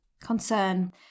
concern